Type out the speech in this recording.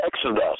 Exodus